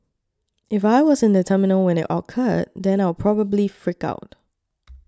if I was in the terminal when it occurred then I'll probably freak out